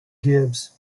gibbs